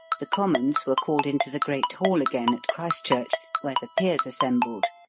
the commons were called into the great hall again, at christ church, where the peers assembled,